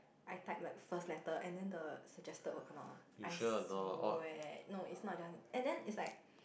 I type like first letter and then the suggested will come out I swear no it's not just and then it's like